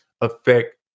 affect